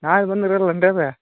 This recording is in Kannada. ನಾಳೆ ಬಂದಿರಿಲ್ಲ ಅಂಗಡಿ ಅದ